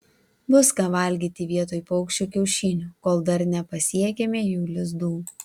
bus ką valgyti vietoj paukščių kiaušinių kol dar nepasiekėme jų lizdų